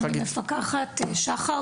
אני מפקחת בשח״ר,